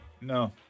No